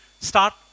start